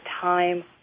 time